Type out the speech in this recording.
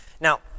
Now